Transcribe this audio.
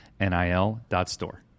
NIL.Store